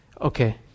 Okay